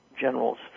generals